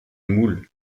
moule